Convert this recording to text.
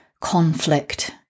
conflict